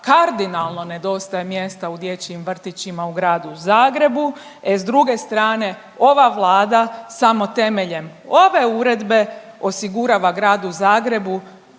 kardinalno nedostaje mjesta u dječjim vrtićima u gradu Zagrebu, e s druge strane, ova Vlada samo temeljem ove Uredbe osigurava Gradu Zagrebu